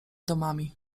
domami